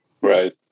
Right